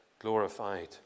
glorified